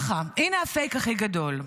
הינה הפייק הכי גדול.